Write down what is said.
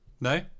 No